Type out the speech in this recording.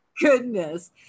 goodness